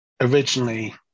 originally